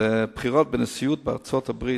בבחירות לנשיאות בארצות-הברית,